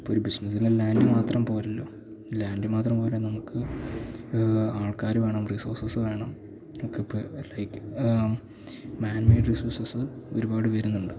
ഇപ്പോള് ഒരു ബിസിനസ്സിന് ലാൻഡ് മാത്രം പോരല്ലോ ലാൻഡ് മാത്രം പോരാ നമുക്ക് ആൾക്കാര് വേണം റിസോഴ്സസ് വേണം നമുക്കിപ്പോള് ലൈക്ക് മാൻമെയ്ഡ് റിസോഴ്സസ് ഒരുപാട് വരുന്നുണ്ട്